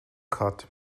cut